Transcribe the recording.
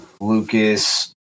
Lucas